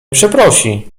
przeprosi